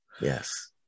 Yes